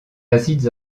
acides